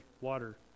water